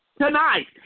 Tonight